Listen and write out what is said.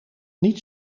niet